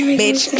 bitch